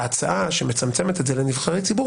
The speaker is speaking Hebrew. ההצעה שמצמצמת את זה לנבחרי ציבור,